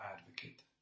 advocate